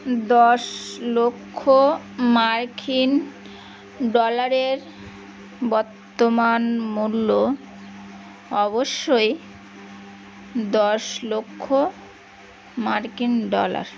দশ লক্ষ মার্কিন ডলারের বর্তমান মূল্য অবশ্যই দশ লক্ষ মার্কিন ডলার